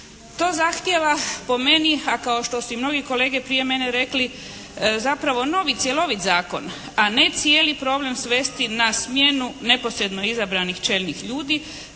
To zahtijeva po meni a kao što su i mnogi kolege prije mene rekli zapravo nov i cjelovit zakon, a ne cijeli problem svesti na smjenu neposredno izabranih čelnih ljudi